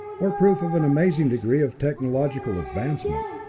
or proof of an amazing degree of technological advancement.